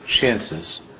chances